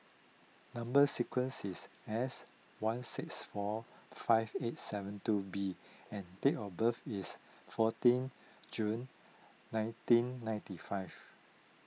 Number Sequence is S one six four five eight seven two B and date of birth is fourteen June nineteen ninety five